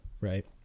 right